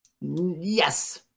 Yes